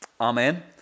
Amen